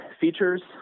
features